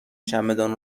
چمدان